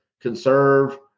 conserve